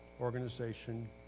organization